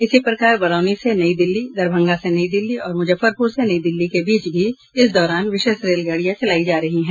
इसी प्रकार बरौनी से नई दिल्ली दरभंगा से नई दिल्ली और मुजफ्फरपुर से नई दिल्ली के बीच भी इस दौरान विशेष रेलगाड़ियां चलाई जा रही हैं